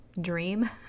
dream